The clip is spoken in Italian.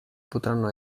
potranno